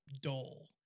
dull